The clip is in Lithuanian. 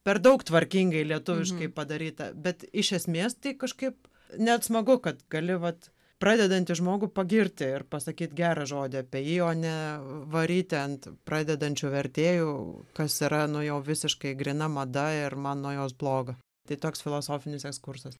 per daug tvarkingai lietuviškai padaryta bet iš esmės tai kažkaip net smagu kad gali vat pradedantį žmogų pagirti ir pasakyt gerą žodį apie jį o ne varyti ant pradedančių vertėjų kas yra nu jau visiškai gryna mada ir man nuo jos bloga tai toks filosofinis eskursas